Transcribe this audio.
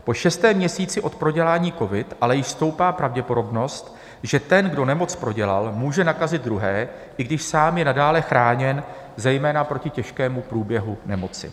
Po šestém měsíci od prodělání covidu ale již stoupá pravděpodobnost, že ten, kdo nemoc prodělal, může nakazit druhé, i když sám je nadále chráněn, zejména proti těžkému průběhu nemoci.